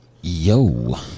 Yo